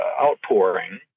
outpouring